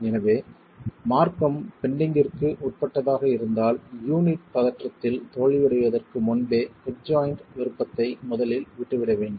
எனவே மார்க்கம் பெண்டிங்கிற்கு உட்பட்டதாக இருந்தால் யூனிட் பதற்றத்தில் தோல்வியடைவதற்கு முன்பே ஹெட் ஜாய்ண்ட் விருப்பத்தை முதலில் விட்டுவிட வேண்டும்